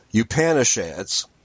Upanishads